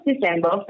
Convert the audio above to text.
December